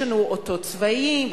יש לנו אותות צבאיים,